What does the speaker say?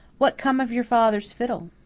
what come of your father's fiddle?